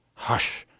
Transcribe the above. hush,